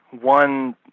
one